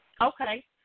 Okay